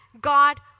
God